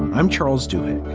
i'm charles doing.